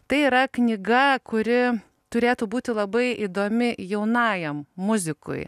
tai yra knyga kuri turėtų būti labai įdomi jaunajam muzikui